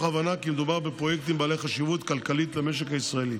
הבנה כי מדובר בפרויקטים בעלי חשיבות כלכלית למשק הישראלי.